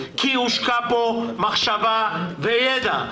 כי הושקעו פה מחשבה וידע.